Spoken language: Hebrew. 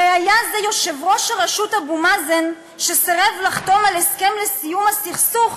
הרי היה זה יושב-ראש הרשות אבו מאזן שסירב לחתום על הסכם לסיום הסכסוך,